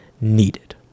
needed